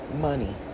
money